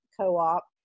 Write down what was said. Co-op